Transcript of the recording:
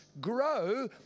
grow